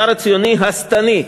ממש: "המשטר הציוני השטני".